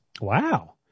Wow